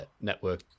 network